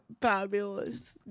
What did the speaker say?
fabulous